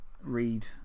read